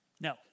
no